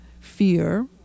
fear